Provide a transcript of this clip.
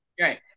Right